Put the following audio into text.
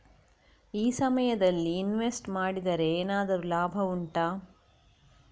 ಈ ಸಮಯದಲ್ಲಿ ಇನ್ವೆಸ್ಟ್ ಮಾಡಿದರೆ ಏನಾದರೂ ಲಾಭ ಉಂಟಾ